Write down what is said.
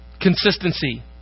Consistency